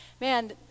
man